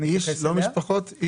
1,500 איש, לא משפחות?